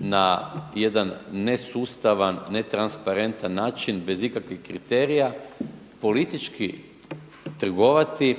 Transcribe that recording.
na jedan nesustavan, netransparentan način bez ikakvih kriterija, politički trgovati,